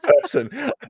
person